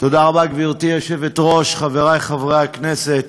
תודה רבה, גברתי היושבת-ראש, חברי חברי הכנסת,